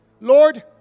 Lord